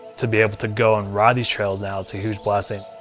to be able to go and ride these trails now, it's a huge blessing.